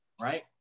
right